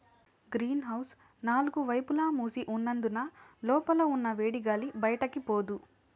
green house నాలుగు వైపులా మూసి ఉన్నందున లోపల ఉన్న వేడిగాలి బయటికి పోదు